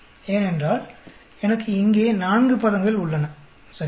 ஏனென்றால் எனக்கு இங்கே நான்கு பதங்கள் உள்ளன சரியா